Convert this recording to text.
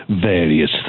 various